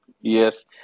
Yes